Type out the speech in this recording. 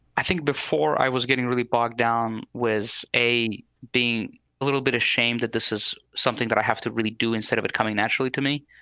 i think before i was getting really bogged down was a being a little bit ashamed that this is something that i have to really do instead of it coming naturally to me.